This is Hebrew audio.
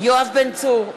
יואב בן צור,